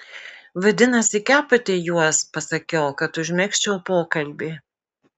vadinasi kepate juos pasakiau kad užmegzčiau pokalbį